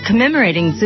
Commemorating